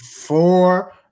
four